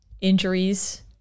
injuries